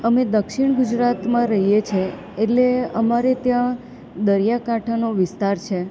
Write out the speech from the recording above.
અમે દક્ષિણ ગુજરાતમાં રહીએ છીએ એટલે અમારે ત્યાં દરિયા કાંઠાનો વિસ્તાર છે